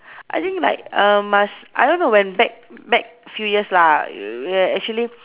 I think like uh must I don't know when back back few years lah you will actually